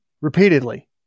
Repeatedly